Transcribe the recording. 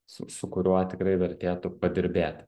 su su kuriuo tikrai vertėtų padirbėti